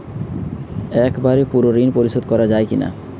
একবারে পুরো ঋণ পরিশোধ করা যায় কি না?